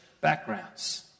backgrounds